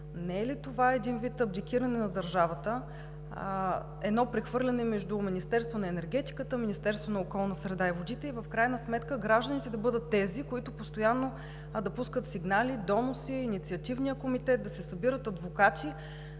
Не е ли това един вид абдикиране на държавата, едно прехвърляне между Министерството на енергетиката, Министерството на околната среда и водите и в крайна сметка гражданите да бъдат тези, които постоянно да пускат сигнали, доноси, Инициативният комитет, да се събират адвокати,